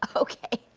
ah okay,